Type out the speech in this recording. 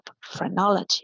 phrenology